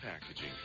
packaging